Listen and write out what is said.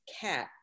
cat